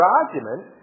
argument